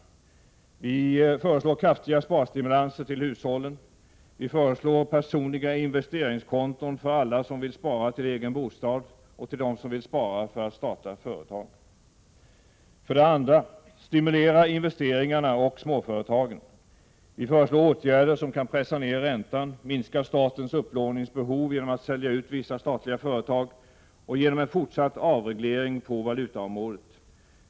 Vi föreslår kraftiga sparstimulanser till hushållen. Vi föreslår personliga investeringskonton för alla som vill spara till egen bostad och för dem som vill spara för att starta företag. För det andra: Stimulera investeringarna och småföretagen! Vi föreslår åtgärder som kan pressa ned räntan, minska statens upplåningsbehov genom utförsäljning av vissa statliga företag och genom en fortsatt avreglering på valutaområdet.